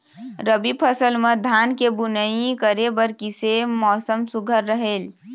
रबी फसल म धान के बुनई करे बर किसे मौसम सुघ्घर रहेल?